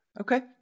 Okay